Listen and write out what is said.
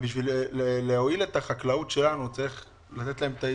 בשביל להועיל את החקלאות שלנו צריך לתת להם את העידוד.